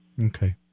Okay